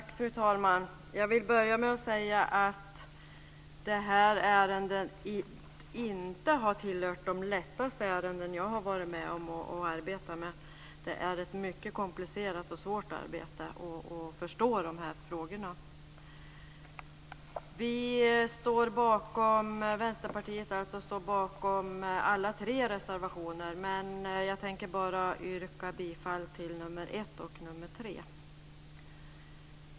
Fru talman! Jag vill börja med att säga att det här ärendet inte har tillhört de lättaste som jag har varit med om att arbeta med. Det är ett mycket komplicerat och svårt arbete att förstå de här frågorna. Vänsterpartiet står bakom alla tre reservationerna, men jag tänker bara yrka bifall till nr 1 och nr 3.